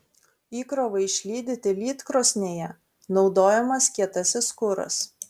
įkrovai išlydyti lydkrosnėje naudojamas kietasis kuras